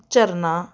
ਝਰਨਾ